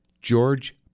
George